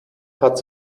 hat